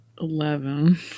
Eleven